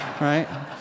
right